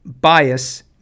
bias